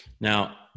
Now